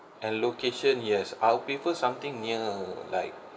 and location yes I'll prefer something near like